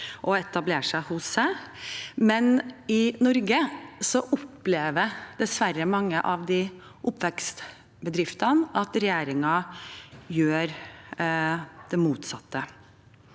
etablere seg hos dem, men i Norge opplever dessverre mange av oppstarts bedriftene at regjeringen gjør det motsatte.